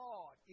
God